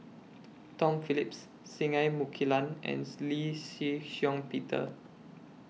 Tom Phillips Singai Mukilan and Lee Shih Shiong Peter